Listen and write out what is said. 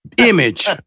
image